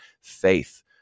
faith